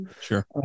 sure